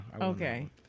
okay